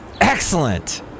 Excellent